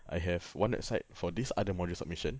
I have one website for this other module submission